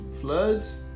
floods